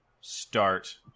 start